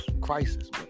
crisis